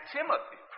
Timothy